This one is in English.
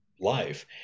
life